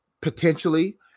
potentially